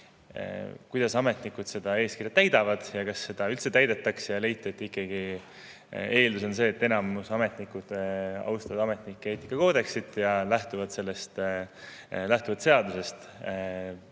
kuidas ametnikud seda eeskirja täidavad ja kas seda üldse täidetakse, ja leiti, et ikkagi eeldus on see, et enamus ametnikke austavad ametnike eetikakoodeksit ja lähtuvad seadusest